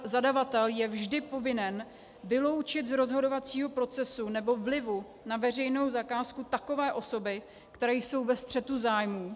Zadavatel je vždy povinen vyloučit z rozhodovacího procesu nebo vlivu na veřejnou zakázku takové osoby, které jsou ve střetu zájmů.